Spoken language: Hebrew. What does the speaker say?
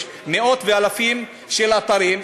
מאות ואלפים של אתרים,